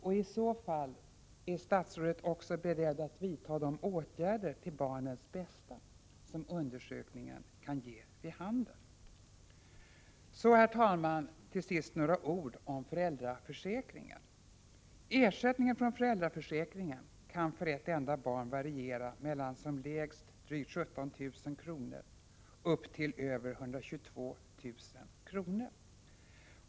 Och i så fall, är statsrådet också beredd att vidta de åtgärder till barnens bästa som undersökningen kan ge vid handen? Till sist, herr talman, några ord om föräldraförsäkringen. Ersättningen från föräldraförsäkringen kan för ett enda barn variera mellan som lägst 17 280 kr. och upp till över 122 000 kr.